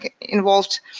involved